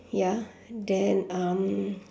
ya then um